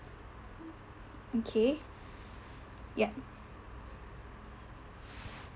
okay yup